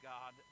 God